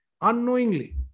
unknowingly